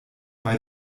bei